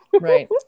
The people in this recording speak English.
Right